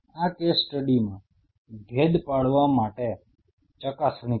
આ કેસ સ્ટડીમાં ભેદ પાડવા માટે ચકાસણી કરો